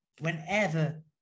whenever